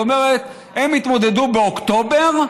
זאת אומרת, הם יתמודדו באוקטובר,